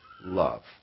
love